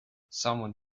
someone